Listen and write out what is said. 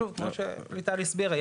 כמו שליטל הסבירה,